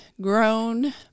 grown